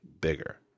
bigger